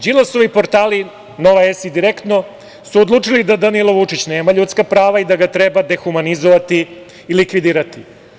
Đilasovi portali "Nova S" i "Direktno" su odlučili da Danilo Vučić nema ljudska prava i da ga treba dehumanizovati i likvidirati.